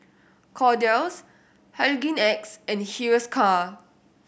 Kordel's Hygin X and Hiruscar